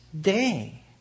day